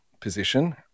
position